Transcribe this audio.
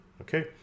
okay